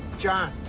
jon,